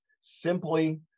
simply